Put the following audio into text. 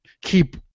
keep